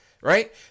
right